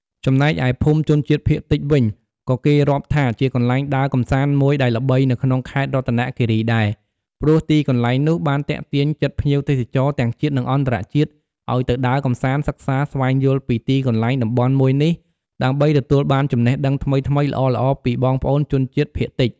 ចំណែកឯ ភូមិជនជាតិភាគតិចវិញក៏គេរាប់ថាជាកន្លែងដើរកម្សាន្តមួយដែលល្បីនៅក្នុងខេត្តរតនគីរីដែរ ព្រោះទីកន្លែងនោះបានទាក់ទាញចិត្តភ្ញៀវទេសចរទាំងជាតិនិងអន្តរជាតិឲ្យទៅដើរកម្សាន្ត សិក្សាស្វែងយល់ពីទីកន្លែងតំបន់មួយនេះ ដើម្បីទទួលលបានចំណេះដឹងថ្មីៗល្អៗពីបងប្អូនជនជាតិភាគតិច។